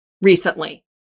recently